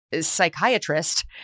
psychiatrist